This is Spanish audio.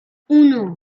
uno